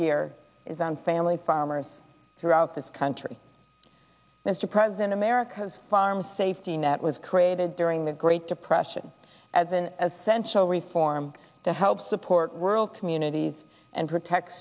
here is on family farmers throughout this country mr president america's farm safety net was created during the great depression as an essential reform to help support world communities and protect